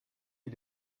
wie